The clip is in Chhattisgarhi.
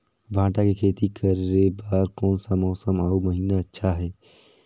भांटा के खेती करे बार कोन सा मौसम अउ महीना अच्छा हे?